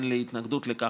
אין לי התנגדות לכך.